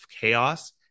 chaos